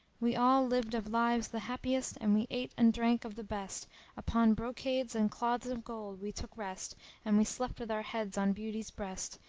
we all lived of lives the happiest and we ate and drank of the best upon brocades and cloths of gold we took rest and we slept with our heads on beauty's breast,